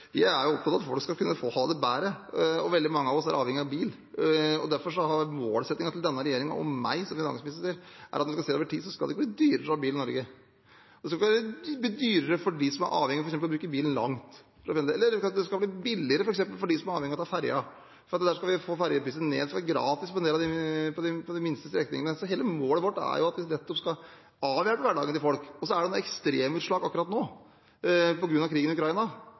folk skal kunne få ha det bedre, og veldig mange av oss er avhengig av bil. Derfor er målsetningen til denne regjeringen og meg som finansminister at når en ser det over tid, skal det ikke bli dyrere å ha bil i Norge. Det skal ikke bli dyrere for dem som er avhengig av f.eks. å bruke bilen langt for å pendle. Det skal bli billigere for dem som f.eks. er avhengig av å ta ferje, for der skal vi få ferjeprisene ned, og det skal være gratis på en del av de minste strekningene. Hele målet vårt er at vi nettopp skal avhjelpe hverdagen til folk. Det er noen ekstremutslag akkurat nå på grunn av krigen i Ukraina.